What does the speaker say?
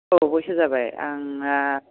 औ बैसो जाबाय आंहा